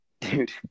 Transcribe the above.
Dude